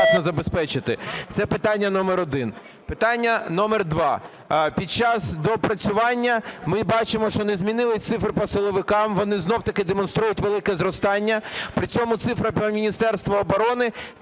забезпечити? Це питання номер один. Питання номер два. Під час доопрацювання ми бачимо, що не змінились цифри по силовиках, вони знову-таки демонструють велике зростання. При цьому цифра по Міністерству оборони